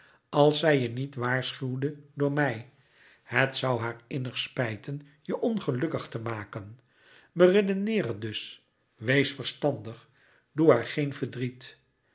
als zij je niet waarschuwde door mij het zoû haar innig spijten je ongelouis couperus metamorfoze lukkig te maken beredeneer het dus wees verstandig doe haar geen verdriet